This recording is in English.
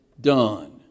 done